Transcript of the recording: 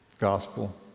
gospel